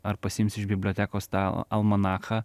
ar pasiims iš bibliotekos tą almanachą